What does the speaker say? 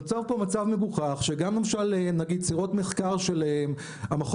נוצר פה מצב מגוחך שגם למשל סירות מחקר של המכון